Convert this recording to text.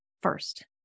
first